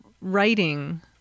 writing